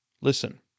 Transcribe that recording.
Listen